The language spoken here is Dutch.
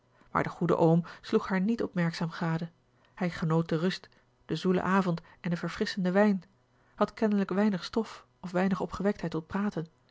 maar de goede oom sloeg haar niet opmerkzaam gade hij genoot de rust den zoelen avond en den verfrisschenden wijn had kennelijk weinig stof of weinig opgewektheid tot praten